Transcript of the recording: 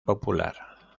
popular